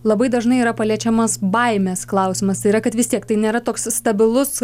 labai dažnai yra paliečiamas baimės klausimas tai yra kad vis tiek tai nėra toks stabilus